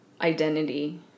identity